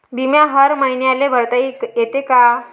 बिमा हर मईन्याले भरता येते का?